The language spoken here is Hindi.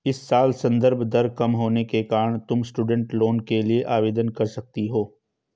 इस साल संदर्भ दर कम होने के कारण तुम स्टूडेंट लोन के लिए आवेदन कर सकती हो